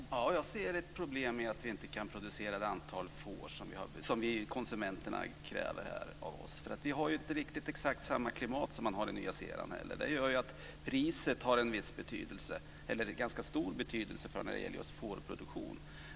Fru talman! Ja, jag ser ett problem med att vi inte kan producera det antal får som konsumenterna kräver. Vi har inte riktigt samma klimat som man har i Nya Zeeland, och det gör att priset har en ganska stor betydelse när det gäller just fårproduktion.